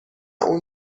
اون